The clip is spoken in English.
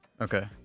Okay